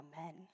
Amen